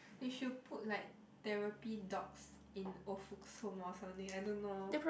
they should put like therapy dogs in old folks home or something I don't know